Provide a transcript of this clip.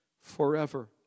forever